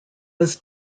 was